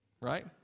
right